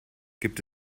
gibt